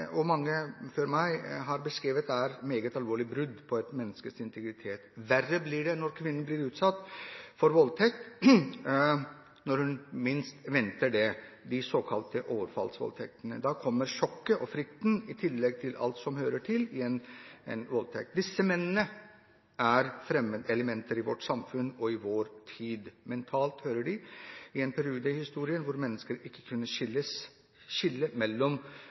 som mange før meg har beskrevet, et meget alvorlig brudd på et menneskes integritet. Verre blir det når kvinnen blir utsatt for voldtekt når hun minst venter det – de såkalte overfallsvoldtekene. Da kommer sjokket og frykten, i tillegg til alt som hører en voldtekt til. Disse mennene er fremmedelementer i vårt samfunn og i vår tid. Mentalt hører de til en periode i historien hvor mennesket ikke kunne skille mellom